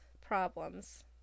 problems